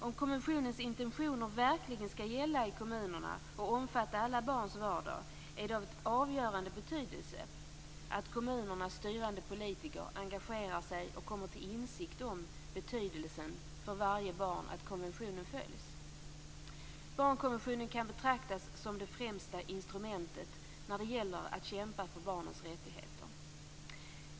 Om konventionens intentioner verkligen skall gälla i kommunerna och omfatta alla barns vardag är det av avgörande betydelse att kommunernas styrande politiker engagerar sig och kommer till insikt om betydelsen för varje barn att konventionen följs. Barnkonventionen kan betraktas som det främsta instrumentet när det gäller att kämpa för barnens rättigheter.